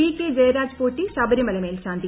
V K Jayaraj Potti Sabarimala മേൽശാന്തി